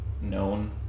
known